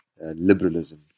liberalism